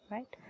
Right